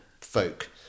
folk